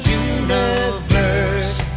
universe